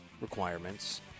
requirements